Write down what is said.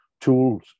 tools